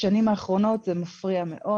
בשנים האחרונות זה מפריע מאוד.